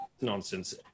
nonsense